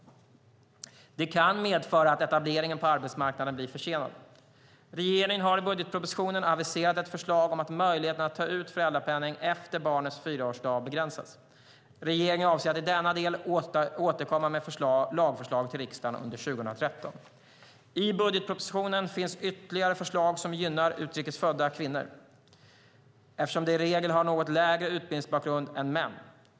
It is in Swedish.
Det kan medföra att etableringen på arbetsmarknaden blir försenad. Regeringen har i budgetpropositionen aviserat ett förslag om att möjligheten att ta ut föräldrapenning efter barnets fyraårsdag begränsas. Regeringen avser att i denna del återkomma med lagförslag till riksdagen under 2013. I budgetpropositionen finns ytterligare förslag som gynnar utrikes födda kvinnor, eftersom de i regel har något lägre utbildningsbakgrund än män.